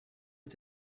est